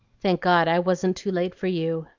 thank god, i wasn't too late for you.